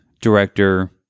director